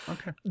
Okay